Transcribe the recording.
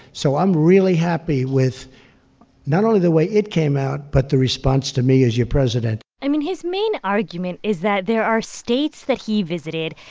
so i'm really happy with not only the way it came out but the response to me as your president i mean, his main argument is that there are states that he visited,